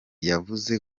yavuze